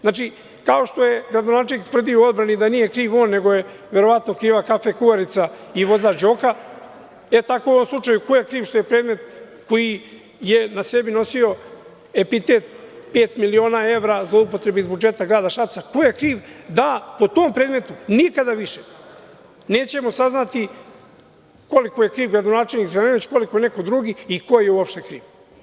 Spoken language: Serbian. Znači, kao što je gradonačelnik tvrdio u odbrani da nije krvi on, nego je verovatno kriva kafe kuvarica i vozač Đoka, tako u ovom slučaju ko je kriv što je predmet koji je na sebi nosio epitet pet miliona evra, zloupotrebe iz budžeta grada Šapca, ko je kriv da po tom predmetu nikada više nećemo saznati koliko je kriv gradonačelnik Zelenović, koliko je neko drugi i ko je uopšte kriv.